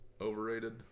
Overrated